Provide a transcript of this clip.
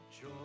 Joy